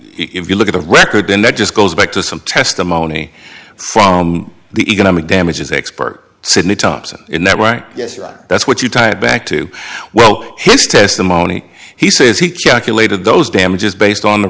if you look at the record then that just goes back to some testimony from the economic damages expert sydney thompson in that right yes right that's what you tie back to well his testimony he says he calculated those damages based on the